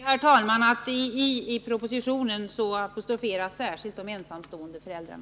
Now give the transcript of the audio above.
Herr talman! Jag vill påpeka att i propositionen apostroferas särskilt de ensamstående föräldrarna.